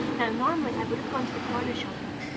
now, normally, i would have gone to the corner shop but,